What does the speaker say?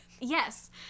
Yes